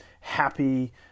happy